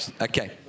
Okay